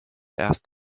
erst